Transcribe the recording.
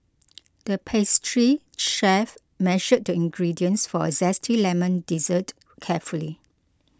the pastry chef measured the ingredients for a Zesty Lemon Dessert carefully